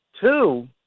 two